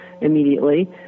immediately